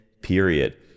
period